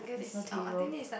it's not table